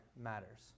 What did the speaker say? matters